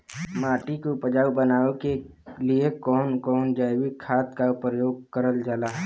माटी के उपजाऊ बनाने के लिए कौन कौन जैविक खाद का प्रयोग करल जाला?